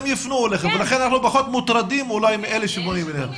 הם יפנו אליכם ולכן אנחנו פחות מוטרדים מאלה שפונים אליכם.